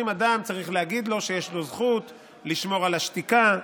אדם צריך להגיד לו שיש לו זכות לשמור על השתיקה,